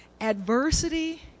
Adversity